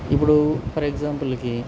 ఇప్పుడు ఫర్ ఎగ్జాంపుల్కి